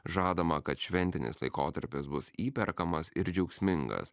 žadama kad šventinis laikotarpis bus įperkamas ir džiaugsmingas